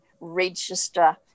register